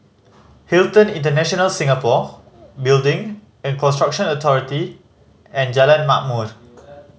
Hilton International Singapore Building and Construction Authority and Jalan Ma'mor